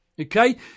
Okay